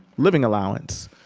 living allowance.